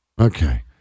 Okay